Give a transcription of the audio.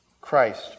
Christ